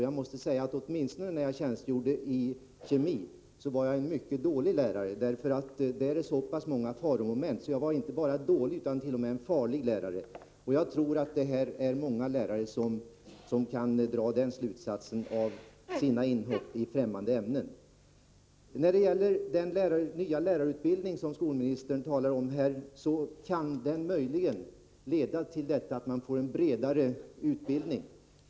Jag måste säga att jag — åtminstone när jag undervisade i kemi — var en mycket dålig lärare. I det ämnet finns så pass många faromoment, så jag var inte bara en dålig lärare utan t.o.m. en farlig lärare. Jag tror att det är många lärare som kan dra samma slutsatser av sina inhopp i fftämmande ämnen. Den nya lärarutbildning som skolministern talar om kan möjligen leda till att man får en bredare utbildning.